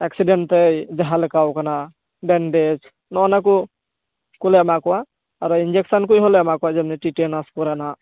accident ᱛᱮ ᱡᱟᱦᱟᱞᱮᱠᱟᱣ ᱠᱟᱱᱟᱭ ᱵᱮᱱᱰᱮᱡ ᱱᱚᱜᱼᱚᱭ ᱱᱚᱣᱟ ᱠᱚᱞᱮ ᱮᱢᱟ ᱠᱚᱣᱟ ᱟᱨᱚ ᱤᱱᱡᱮᱠᱥᱟᱱ ᱠᱚ ᱦᱚᱸᱞᱮ ᱮᱢᱟ ᱠᱚᱣᱟ ᱡᱮᱢᱱᱤ ᱴᱤᱴᱮᱱᱟᱥ ᱠᱚᱨᱮᱱᱟᱜ